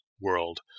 world